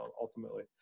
ultimately